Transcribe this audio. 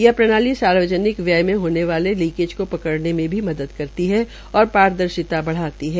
यह प्रणाली सार्वजनिक व्यय में होने वाले लीकेज को पकडऩे में भी सहायता करती है और पारदर्शिता बढ़ाती है